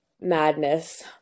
Madness